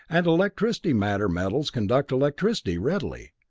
and electricity matter metals conduct electricity readily.